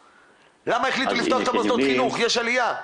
למה החליטו לפתוח את מוסדות החינוך, יש עליה?